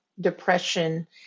depression